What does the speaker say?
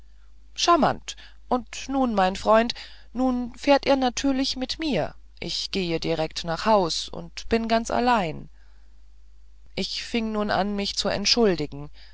charmant und mein freund nun fährt er natürlich mit mir ich gehe direkte nach haus und bin ganz allein ich fing nun an mich zu entschuldigen